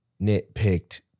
nitpicked